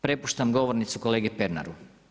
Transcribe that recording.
Prepuštam govornicu kolegi Peranru.